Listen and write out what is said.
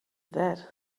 that